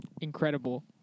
incredible